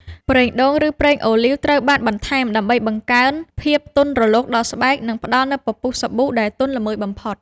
ប្រេងដូង ឬប្រេងអូលីវ ត្រូវបានបន្ថែមដើម្បីបង្កើនភាពទន់រលោងដល់ស្បែក និងផ្តល់នូវពពុះសាប៊ូដែលទន់ល្មើយបំផុត។